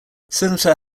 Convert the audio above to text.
senator